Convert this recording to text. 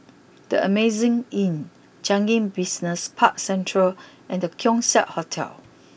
the Amazing Inn Changi Business Park Central and the Keong Saik Hotel